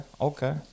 Okay